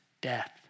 death